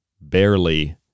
barely